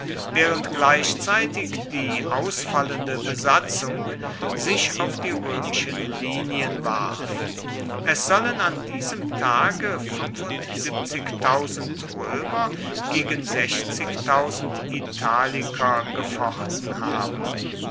während gleichzeitig die ausfallende besatzung sich auf die römischen linien warf es sollen an diesem tage römer gegen italiker gefochten haben